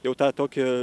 jau tą tokį